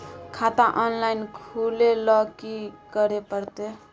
खाता ऑनलाइन खुले ल की करे परतै?